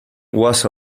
was